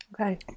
Okay